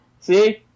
See